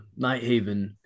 nighthaven